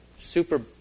super